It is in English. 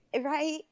Right